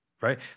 right